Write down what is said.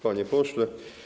Panie Pośle!